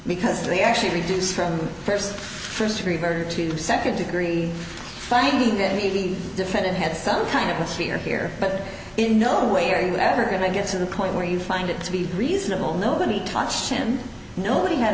because they actually reduced from first first degree murder to second degree finding that he defendant had some kind of the fear here but in no way are you ever going to get to the point where you find it to be reasonable nobody touched him nobody had